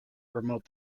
promote